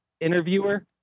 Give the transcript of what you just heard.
interviewer